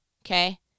okay